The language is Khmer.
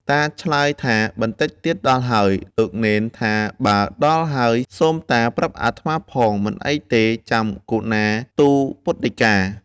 តាឆ្លើយថា បន្តិចទៀតដល់ហើយ លោកនេនថាបើដល់ហើយ សូមតាប្រាប់អាត្មាផង មិនអីទេ ចាំខ្ញុំករុណាទូលពុទ្ធដីកា ។